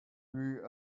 you